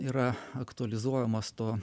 yra aktualizuojamos to